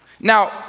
Now